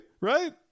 Right